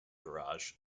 garage